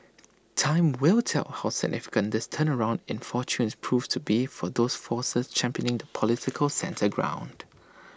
time will tell how significant this turnaround in fortunes proves to be for those forces championing the political centre ground